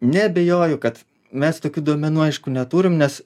neabejoju kad mes tokių duomenų aišku neturim nes